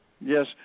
Yes